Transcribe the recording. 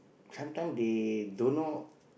sometime they don't know